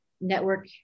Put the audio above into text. network